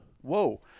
whoa